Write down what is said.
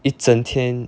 一整天